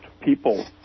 people